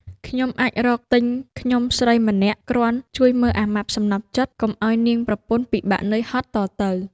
ខ្ញុំអាចរកទិញខ្ញុំស្រីម្នាក់គ្រាន់ជួយមើលអាម៉ាប់សំណព្វចិត្ត កុំឱ្យនាងប្រពន្ធពិបាកហត់នឿយ តទៅ។